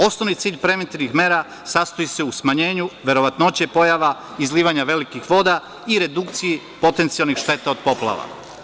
Osnovni cilj preventivnih mera sastoji se u smanjenju verovatnoće pojava izlivanja velikih voda i redukciji potencijalnih šteta od poplava.